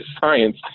science